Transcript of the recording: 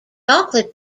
chocolate